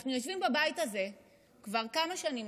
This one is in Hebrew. אנחנו יושבים בבית הזה כבר כמה שנים,